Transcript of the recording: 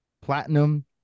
platinum